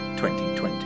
2020